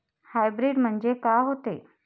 Hybrid म्हनजे का होते?